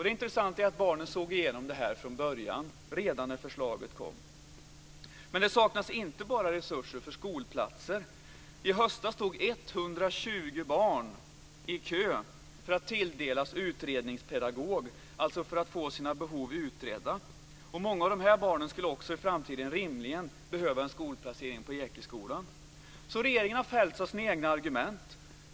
Det intressanta är att barnen såg igenom det här från början, redan när förslaget kom. Men det saknas inte bara resurser för skolplatser. I höstas stod 120 barn i kö för att tilldelas utredningspedagog, alltså för att få sina behov utredda. Många av de barnen skulle i framtiden rimligen behöva en skolplacering på Ekeskolan, så regeringen har fällts av sina egna argument.